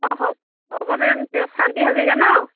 অঁ হ'ব শান্তি হাজৰিকা ন